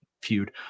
feud